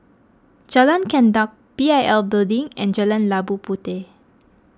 Jalan Gendang P I L Building and Jalan Labu Puteh